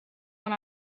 one